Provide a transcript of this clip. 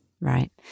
Right